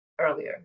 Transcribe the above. earlier